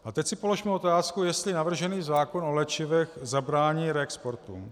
A teď si položme otázku, jestli navržený zákon o léčivech zabrání reexportům.